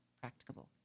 practicable